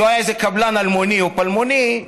שהיה איזה קבלן אלמוני או פלמוני,